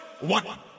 one